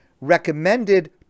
recommended